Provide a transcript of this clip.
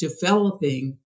developing